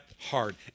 hard